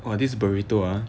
!wah! this burrito ah